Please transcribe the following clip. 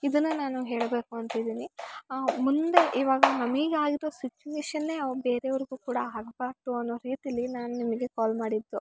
ಇದನ್ನು ನಾನು ಹೇಳಬೇಕು ಅಂತ ಇದೀನಿ ಮುಂದೆ ಇವಾಗ ನಮಗ್ ಆಗಿರೋ ಸಿಚ್ವೇಷನ್ನೇ ಅವು ಬೇರೆಯವ್ರಿಗು ಕೂಡ ಆಗಬಾರ್ದು ಅನ್ನೋ ರೀತೀಲಿ ನಾನು ನಿಮಗೆ ಕಾಲ್ ಮಾಡಿದ್ದು